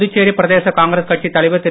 புதுச்சேரி பிரதேச காங்கிரஸ் கட்சி தலைவர் திரு